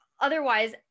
otherwise